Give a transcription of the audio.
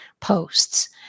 posts